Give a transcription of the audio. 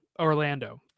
Orlando